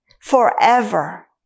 forever